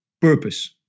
purpose